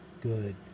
good